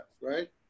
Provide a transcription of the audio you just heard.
right